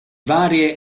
varie